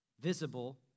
visible